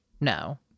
no